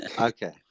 okay